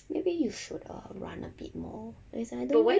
maybe you should err run a bit more as in like I don't think